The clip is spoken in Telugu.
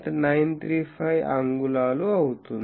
935 అంగుళాలు అవుతుంది